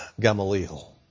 Gamaliel